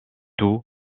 tout